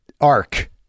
arc